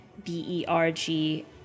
B-E-R-G